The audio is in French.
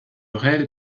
réelles